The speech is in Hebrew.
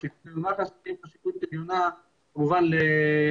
בפרקליטות ובמח"ש רואים חשיבות עליונה כמובן לשמירה